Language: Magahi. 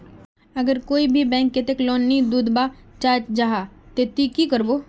अगर कोई भी बैंक कतेक लोन नी दूध बा चाँ जाहा ते ती की करबो?